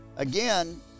Again